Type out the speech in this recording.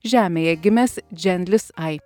žemėje gimęs dženlis ai